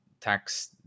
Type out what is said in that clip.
tax